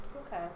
Okay